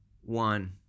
one